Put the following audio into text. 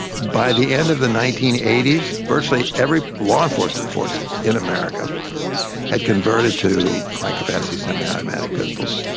by the end of the nineteen eighty s virtually every law enforcement force in america had converted to high-capacity semiautomatic pistols.